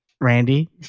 Randy